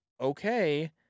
okay